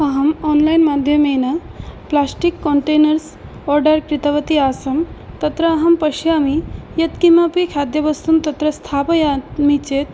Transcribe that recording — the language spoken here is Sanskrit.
अहम् आन्लैन् माध्यमेन प्लास्टिक् कण्टैनर्स् आर्डर् कृतवती आसं तत्र अहं पश्यामि यत्किमपि खाद्यवस्तूनि तत्र स्थापयामि चेत्